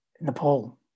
Nepal